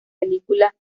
película